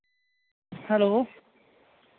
hello